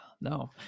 no